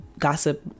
gossip